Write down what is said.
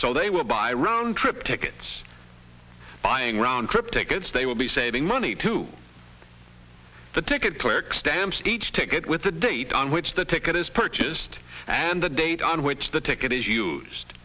so they will buy round trip tickets buying round trip tickets they will be saving money to the ticket cleric's stamps each ticket with the date on which the ticket is purchased and the date on which the ticket is used